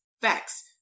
Facts